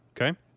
Okay